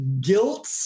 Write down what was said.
guilt